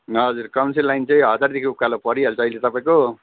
हजुर काउन्सिल लागि चाहिँ हजारदेखि उकालो परिहाल्छ अहिले तपाईँको